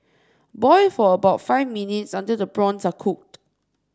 boil for about five minutes until the prawns are cooked